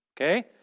Okay